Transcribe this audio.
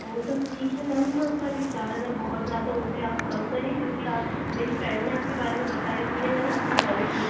वो सब ठीक है मैम पर ये चार हज़ार बहुत ज़्यादा होते आप कम करिए क्योंकि आप मेरी फ़्रेंड ने आपके बारे में बताई इसलिए मैंने आपको कॉल किया